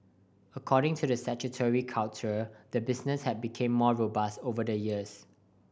according to the sanctuary curator the business has become more robust over the years